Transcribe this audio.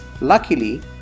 Luckily